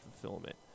fulfillment